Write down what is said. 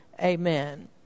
Amen